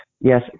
Yes